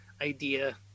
idea